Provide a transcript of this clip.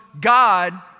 God